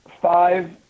five